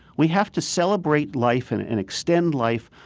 we have to celebrate life and and extend life,